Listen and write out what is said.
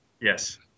Yes